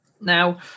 Now